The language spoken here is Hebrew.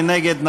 מי נגד?